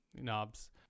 knobs